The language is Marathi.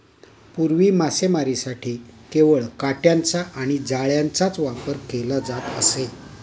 पूर्वी मासेमारीसाठी केवळ काटयांचा आणि जाळ्यांचाच वापर केला जात असे